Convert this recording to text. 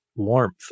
warmth